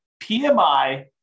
PMI